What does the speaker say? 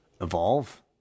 Evolve